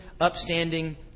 upstanding